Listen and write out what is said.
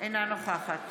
אינה נוכחת